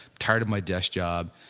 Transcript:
tired of my desk job.